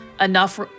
enough